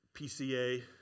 PCA